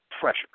pressure